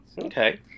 Okay